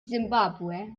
zimbabwe